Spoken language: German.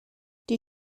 die